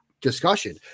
discussion